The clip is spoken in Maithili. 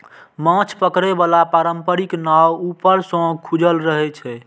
माछ पकड़े बला पारंपरिक नाव ऊपर सं खुजल रहै छै